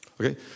Okay